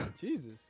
Jesus